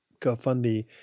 GoFundMe